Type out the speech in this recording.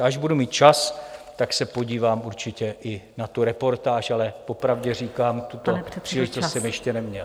Až budu mít čas, tak se podívám určitě i na tu reportáž, ale po pravdě říkám, že tuto příležitost jsem ještě neměl.